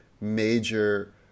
major